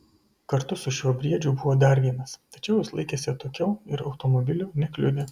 kartu su šiuo briedžiu buvo dar vienas tačiau jis laikėsi atokiau ir automobilių nekliudė